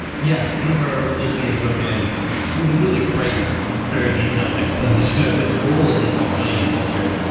yeah. one of our listeners wrote in with a really great, very detailed, explanation of its role in australian culture.